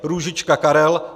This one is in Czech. Růžička Karel